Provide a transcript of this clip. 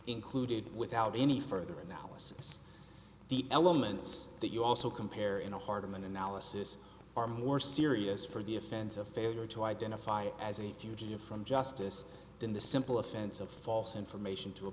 included without any further analysis the elements that you also compare in the heart of an analysis are more serious for the offense of failure to identify as a fugitive from justice than the simple offense of false information to a